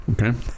Okay